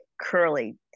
curly